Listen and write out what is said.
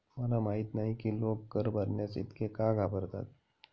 मला माहित नाही की लोक कर भरण्यास इतके का घाबरतात